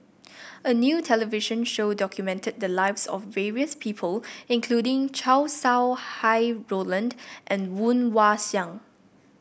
a new television show documented the lives of various people including Chow Sau Hai Roland and Woon Wah Siang